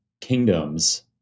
kingdoms